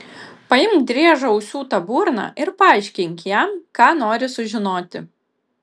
paimk driežą užsiūta burna ir paaiškink jam ką nori sužinoti